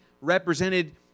represented